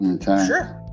sure